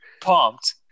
pumped